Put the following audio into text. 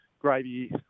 gravy